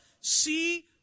See